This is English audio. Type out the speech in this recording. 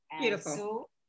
beautiful